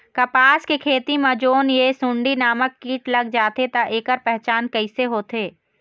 कपास के खेती मा जोन ये सुंडी नामक कीट लग जाथे ता ऐकर पहचान कैसे होथे?